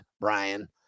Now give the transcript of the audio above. Brian